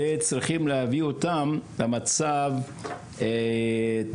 וצריכים להביא אותם למצב חינוכי,